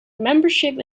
membership